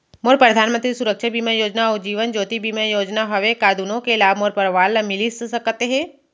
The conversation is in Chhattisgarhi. मोर परधानमंतरी सुरक्षा बीमा योजना अऊ जीवन ज्योति बीमा योजना हवे, का दूनो के लाभ मोर परवार ल मिलिस सकत हे?